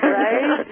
right